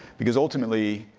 because ultimately,